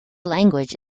language